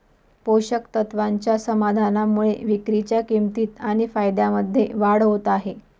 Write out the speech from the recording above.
पोषक तत्वाच्या समाधानामुळे विक्रीच्या किंमतीत आणि फायद्यामध्ये वाढ होत आहे